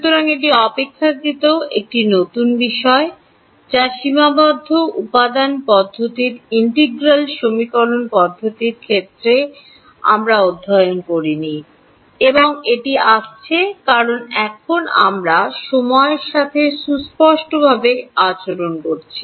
সুতরাং এটি অপেক্ষাকৃত একটি নতুন বিষয় যা সীমাবদ্ধ উপাদান পদ্ধতির ইন্টিগ্রাল সমীকরণ পদ্ধতির ক্ষেত্রে আমরা অধ্যয়ন করি নি এবং এটি আসছে কারণ এখন আমরা সময়ের সাথে সুস্পষ্টভাবে আচরণ করছি